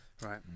Right